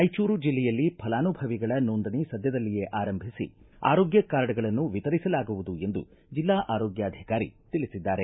ರಾಯಚೂರು ಜಿಲ್ಲೆಯಲ್ಲಿ ಫಲಾನುಭವಿಗಳ ನೋಂದಣಿ ಸದ್ದದಲ್ಲಿಯೇ ಆರಂಭಿಸಿ ಆರೋಗ್ಯ ಕಾರ್ಡ್ಗಳನ್ನು ವಿತರಿಸಲಾಗುವುದು ಎಂದು ಜಿಲ್ಲಾ ಆರೋಗ್ಯಾಧಿಕಾರಿ ತಿಳಿಸಿದ್ದಾರೆ